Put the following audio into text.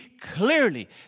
clearly